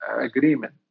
agreement